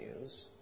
news